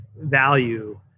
value